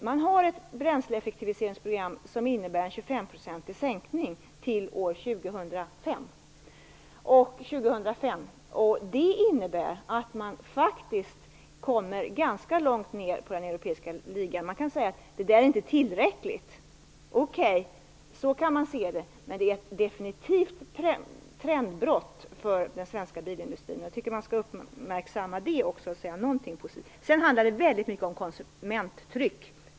Man har ett bränsleeffektiviseringsprogram som innebär en 25-procentig sänkning till år 2005, och det innebär att man faktiskt kommer ganska långt ned i den europeiska ligan. Man kan säga att det inte är tillräckligt, och så kan man ju se det, men detta är ett definitivt trendbrott för den svenska bilindustrin, och jag tycker att man skall uppmärksamma det också och säga någonting positivt. Det handlar också väldigt mycket om konsumenttryck.